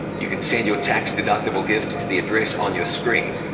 you can send your tax-deductible gift to the address on your screen,